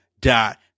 Dot